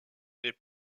n’est